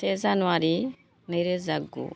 से जानुवारि नैरोजा गु